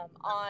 on